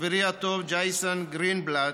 חברי הטוב ג'ייסון גרינבלט,